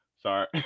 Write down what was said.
sorry